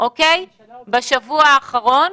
בשבוע האחרון,